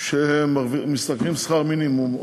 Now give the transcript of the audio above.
שמשתכרים שכר מינימום,